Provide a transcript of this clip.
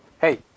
hey